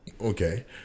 Okay